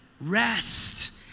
Rest